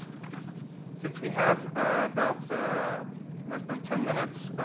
since we have about less than ten minutes.